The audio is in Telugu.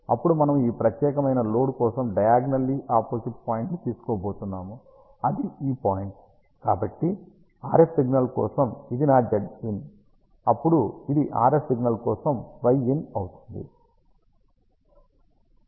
అప్పుడు మనము ఈ ప్రత్యేకమైన లోడ్ కోసం డయాగ్నల్లీ ఆపోజిట్ పాయింట్ ని తీసుకోబోతున్నాము అది ఈ పాయింట్ కాబట్టి RF సిగ్నల్ కోసం ఇది నా zin అప్పుడు ఇది RF సిగ్నల్ కోసం yin అవుతుంది